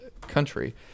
country